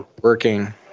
working